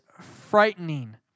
frightening